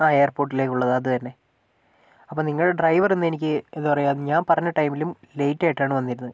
ആ എയർപോർട്ടിലേക്ക് ഉള്ളത് അത് തന്നെ അപ്പം നിങ്ങളുടെ ഡ്രൈവർ ഇന്നെനിക്ക് എന്താ പറയുക ഞാൻ പറഞ്ഞ ടൈമിലും ലേറ്റ് ആയിട്ടാണ് വന്നിരുന്നത്